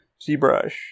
ZBrush